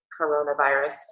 coronavirus